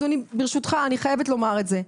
אדוני, ברשותך אני חייבת לומר את זה.